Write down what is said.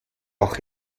auch